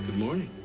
lord,